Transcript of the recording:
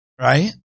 right